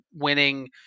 winning